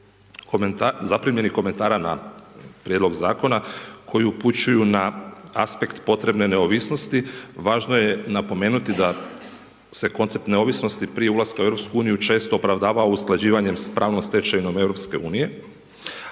zaprimljenih komentara na prijedlog zakona, koju upućuju na aspekt potrebne neovisnosti, važno je napomenuti da se koncept neovisnosti prije ulaska u EU, često opravdava o usklađivanje s pravnom stečevinom EU.